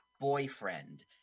boyfriend